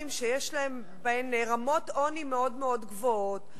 שיש בהן רמות עוני מאוד מאוד גבוהות.